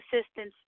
assistance